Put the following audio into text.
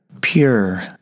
pure